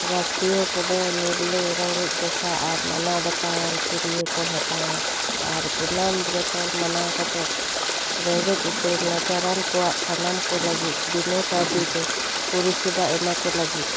Russia ᱠᱚᱫᱚ ᱱᱤᱨᱞᱟ ᱨᱮᱸᱜᱮᱡ ᱫᱚᱥᱟ ᱟᱨ ᱢᱟᱱᱟᱣ ᱵᱟᱛᱟᱣᱟᱱ ᱠᱤᱨᱤᱭᱟ ᱠᱚ ᱦᱟᱛᱟᱣᱟ ᱟᱨ ᱯᱩᱱᱟᱢ ᱵᱨᱚᱛᱚ ᱢᱟᱱᱟᱣ ᱠᱟᱛᱮᱫ ᱨᱮᱸᱜᱮᱡ ᱩᱛᱟ ᱨ ᱱᱟᱪᱟᱨᱟᱱ ᱠᱚᱣᱟᱜ ᱥᱟᱱᱟᱢ ᱠᱚ ᱞᱟ ᱜᱤᱫ ᱵᱤᱱᱟ ᱠᱟ ᱣᱰᱤ ᱛᱮ ᱯᱩᱨᱤᱥᱮᱵᱟ ᱮᱢᱟᱠᱚ ᱞᱟᱹᱜᱤᱫ